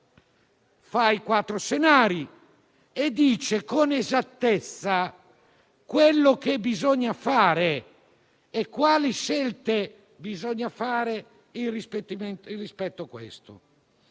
quattro scenari e dice con esattezza quello che bisogna fare e quali scelte bisogna assumere rispetto a queste